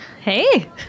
Hey